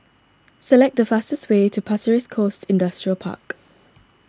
select the fastest way to Pasir Ris Coast Industrial Park